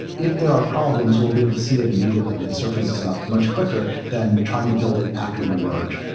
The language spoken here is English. if there are problems, we'll be able to see it immediately and it surfaces up much quicker than trying to build it after you merge.